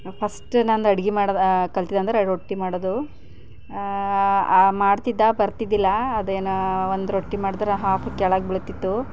first ನಂದು ಅಡುಗೆ ಮಾಡೋದು ಕಲ್ತಿದ್ದಂದ್ರೆ ರೊಟ್ಟಿ ಮಾಡೋದು ಮಾಡ್ತಿದ್ದ ಬರ್ತಿದ್ದಿಲ್ಲ ಅದೇನೋ ಒಂದು ರೊಟ್ಟಿ ಮಾಡಿದ್ರೆ ಹಾಫ್ ಕೆಳಗೆ ಬೀಳ್ತಿತ್ತು